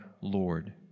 Lord